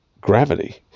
gravity